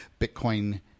Bitcoin